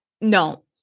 no